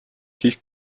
хийх